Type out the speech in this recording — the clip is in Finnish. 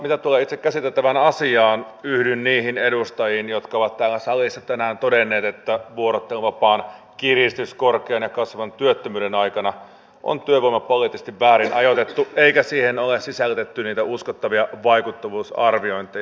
mitä tulee itse käsiteltävään asiaan yhdyn niihin edustajiin jotka ovat täällä salissa tänään todenneet että vuorotteluvapaan kiristys korkean ja kasvavan työttömyyden aikana on työvoimapoliittisesti väärin ajoitettu eikä siihen ole sisällytetty niitä uskottavia vaikuttavuusarviointeja